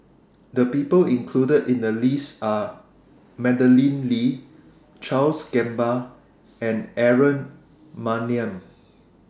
The People included in The list Are Madeleine Lee Charles Gamba and Aaron Maniam